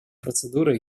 процедуры